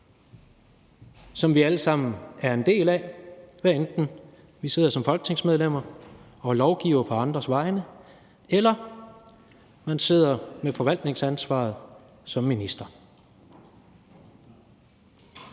som vi alle sammen er en del af, hvad enten vi sidder som folketingsmedlemmer og lovgiver på andres vegne eller sidder med forvaltningsansvaret som minister.